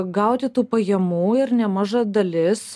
gauti tų pajamų ir nemaža dalis